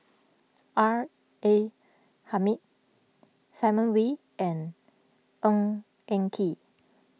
R A Hamid Simon Wee and Ng Eng Kee